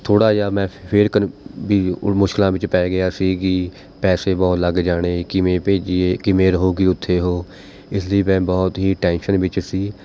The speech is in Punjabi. ਥੋੜ੍ਹਾ ਜਿਹਾ ਮੈਂ ਫ ਫਿਰ ਕਨ ਵੀ ਮੁਸ਼ਕਿਲਾਂ ਵਿੱਚ ਪੈ ਗਿਆ ਸੀ ਕਿ ਪੈਸੇ ਬਹੁਤ ਲੱਗ ਜਾਣੇ ਕਿਵੇਂ ਭੇਜੀਏ ਕਿਵੇਂ ਰਹੇਗੀ ਉੱਥੇ ਉਹ ਇਸ ਲਈ ਮੈਂ ਬਹੁਤ ਹੀ ਟੈਨਸ਼ਨ ਵਿੱਚ ਸੀ